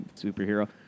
superhero